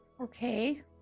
Okay